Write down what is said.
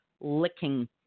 licking